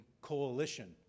coalition